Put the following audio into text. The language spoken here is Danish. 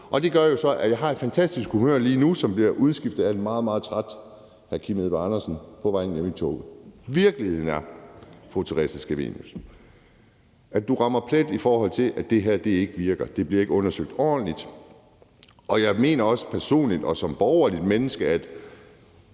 Det gør så, at jeg har et fantastisk humør lige nu, som bliver udskiftet med en meget, meget træt hr. Kim Edberg Andersen på vejen hjem i toget. Virkeligheden er, fru Theresa Scavenius, at du rammer plet, i forhold til at det her ikke virker. Det bliver ikke undersøgt ordentligt, men også personligt og som borgerligt menneske,